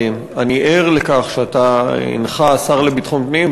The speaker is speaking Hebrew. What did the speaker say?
אני ער לכך שאתה אינך השר לביטחון פנים,